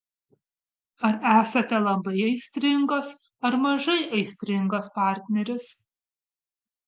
ar esate labai aistringas ar mažai aistringas partneris